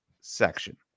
section